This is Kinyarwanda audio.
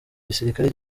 igisirikare